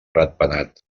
ratpenat